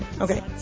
Okay